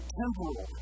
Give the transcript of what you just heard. temporal